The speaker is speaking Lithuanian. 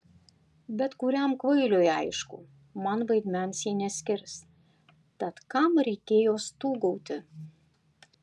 bet kuriam kvailiui aišku man vaidmens ji neskirs tad kam reikėjo stūgauti